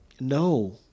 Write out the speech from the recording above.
No